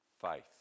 faith